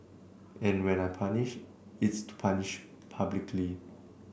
and when I punish it's to punish publicly